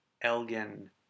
Elgin